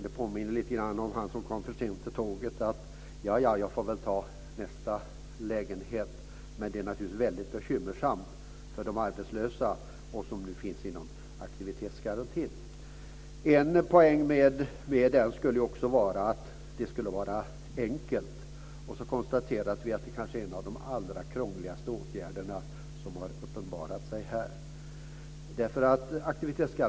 Det påminner lite grann om han som kom för sent till tåget: Ja, ja, jag får väl ta nästa lägenhet. Det är naturligtvis bekymmersamt för de arbetslösa som nu finns inom aktivitetsgarantin. En poäng med den skulle vara att det skulle vara enkelt. Vi kan konstatera att det kanske är en av de allra krångligaste åtgärderna som har uppenbarat sig.